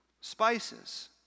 spices